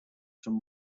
some